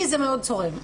לי זה מאוד צורם.